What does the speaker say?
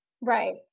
Right